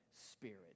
Spirit